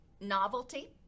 novelty